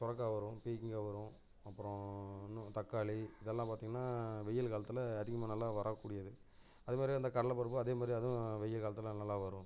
சுரக்கா வரும் பீர்க்கங்கா வரும் அப்புறம் இன்னும் தக்காளி இதெல்லாம் பார்த்தீங்கனா வெயில் காலத்தில் அதிகமாக நல்லா வரக்கூடியது அது மாரி அந்த கடலப்பருப்பு அதே மாதிரி அதுவும் வெய்ய காலத்தில் அது நல்லா வரும்